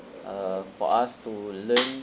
uh for us to learn